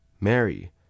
Mary